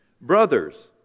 Brothers